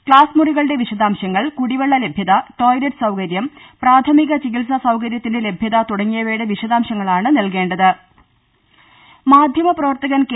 ക്സാസ്മുറീകളുടെ വിശദാംശങ്ങൾ കുടിവെളള ലഭ്യത ടോയ്ലറ്റ് സൌകര്യം പ്രാഥമിക ചികിത്സാ സൌകര്യത്തിന്റെ ലഭ്യത തുടങ്ങിയ വയുടെ വിശദാംശങ്ങളാണ് നൽകേണ്ടത് മാധ്യമപ്രവർത്തകൻ കെ